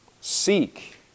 Seek